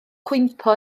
cwympo